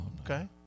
Okay